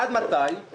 עד מתי?